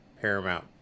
Paramount